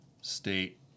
state